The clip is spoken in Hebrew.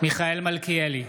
מיכאל מלכיאלי,